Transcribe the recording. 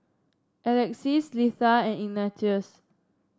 Alexys Litha and Ignatius